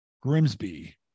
Grimsby